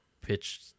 pitch –